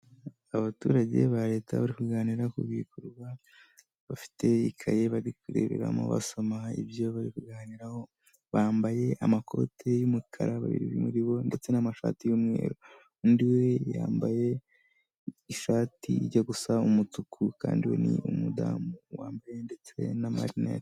Abaturage ba leta bari kuganira ku bikorwa bafite ikaye bari kureberamo basoma ibyo babiganiraho bambaye amakoti y'umukara babiri muri bo, ndetse n'amashati y'umweru, undi yambaye ishati ijya gusa umutuku kandi ni umudamu wambaye ndetse n'amarinete.